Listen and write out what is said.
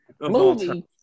Movie